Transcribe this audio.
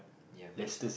ya worse